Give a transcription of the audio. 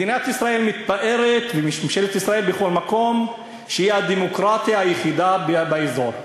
מדינת ישראל וממשלת ישראל מתפארות בכל מקום שזו הדמוקרטיה היחידה באזור.